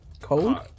cold